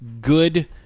good